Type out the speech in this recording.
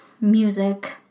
music